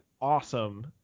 awesome